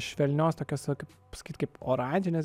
švelnios tokios kaip pasakyti kaip oranžinės gels